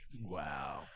Wow